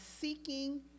seeking